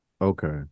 okay